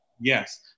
yes